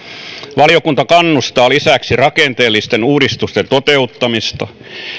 valiokunta kannustaa lisäksi rakenteellisten uudistusten toteuttamista